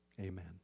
amen